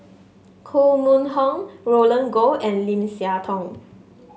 Koh Mun Hong Roland Goh and Lim Siah Tong